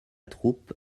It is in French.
troupe